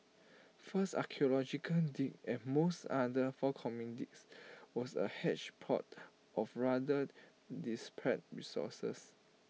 first archaeological dig and most other forthcoming digs was A hedge pod of rather disparate resources